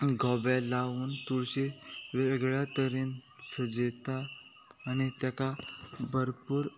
गोबे लावून तुळशी वेगळ्या तरेन सजयता आनी तेका भरपूर